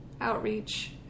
outreach